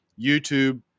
YouTube